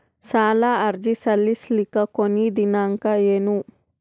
ಸಾಲ ಅರ್ಜಿ ಸಲ್ಲಿಸಲಿಕ ಕೊನಿ ದಿನಾಂಕ ಏನು?